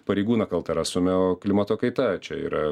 pareigūną kaltą rastume o klimato kaita čia yra